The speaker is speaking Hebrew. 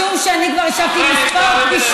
משום שאני כבר ישבתי בכמה פגישות,